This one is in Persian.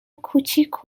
کوچیک